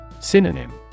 Synonym